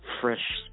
fresh